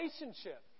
relationship